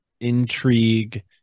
intrigue